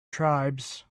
tribes